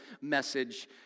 message